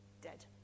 dead